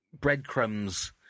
breadcrumbs